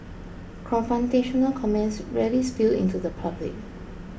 confrontational comments rarely spill into the public